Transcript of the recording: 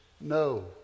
No